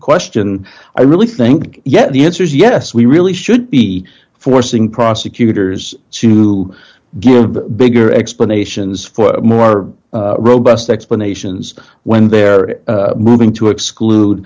question i really think yes the answer is yes we really should be forcing prosecutors to give bigger explanations for more robust explanations when they're moving to exclude